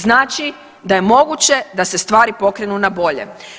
Znači da je moguće da se stvari pokrenu na bolje.